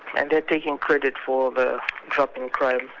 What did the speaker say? and they're taking credit for the drop in crime.